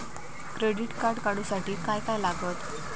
Credit card काढूसाठी काय काय लागत?